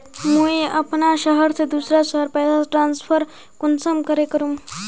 मुई अपना शहर से दूसरा शहर पैसा ट्रांसफर कुंसम करे करूम?